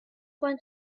find